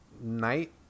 Night